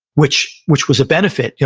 which which was a benefit. yeah